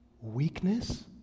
weakness